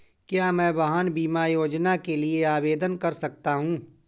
क्या मैं वाहन बीमा योजना के लिए आवेदन कर सकता हूँ?